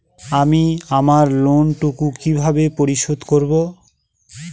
আমি আমার লোন টুকু কিভাবে পরিশোধ করব?